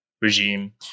regime